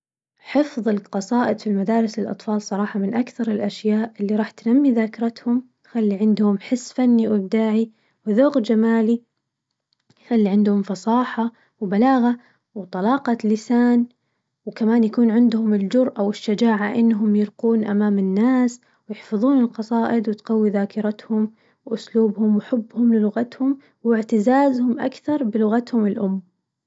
حفظ القصائد في مدارس الأطفال الصراحة من أكثر الأشياء اللي راح تنمي ذاكرتهم وتخلي عندهم حس فني وإبداعي وذوق جمالي، يخلي عندهم فصاحة وبلاغة وطلاقة لسان وكمان يكون عندهم الجرأة والشجاعة إنهم يلقون أمام الناس ويحفظون القصائد وتقوي ذاكرتهم، وأسلوبهم وحبهم للغتهم واعتزازهم أكثر بلغتهم الأم.